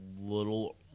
little